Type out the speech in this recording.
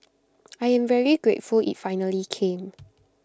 I am very grateful IT finally came